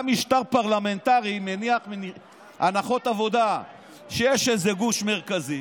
גם משטר פרלמנטרי מניח הנחות עבודה שיש איזה גוש מרכזי